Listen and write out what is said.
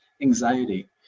anxiety